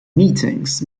meetings